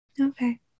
Okay